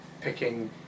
picking